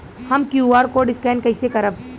हम QR code scan कइसे करब?